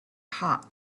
hot